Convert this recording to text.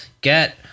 get